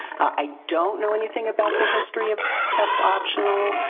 i don't know anything about the history of test optional.